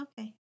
Okay